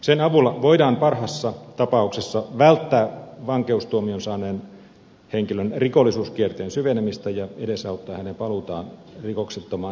sen avulla voidaan parhaassa tapauksessa välttää vankeustuomion saaneen henkilön rikollisuuskierteen syveneminen ja edesauttaa hänen paluutaan rikoksettomaan siviilielämään